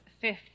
fifth